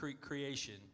creation